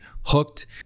hooked